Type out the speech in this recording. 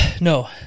No